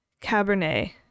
Cabernet